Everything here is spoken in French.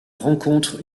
rencontrent